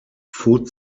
food